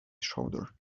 shoulder